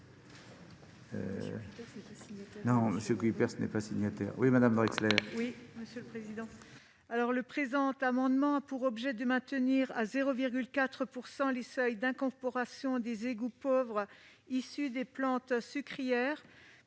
Le présent amendement a pour objet de maintenir à 0,4 % les seuils d'incorporation des égouts pauvres issus des plantes sucrières,